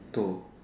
toh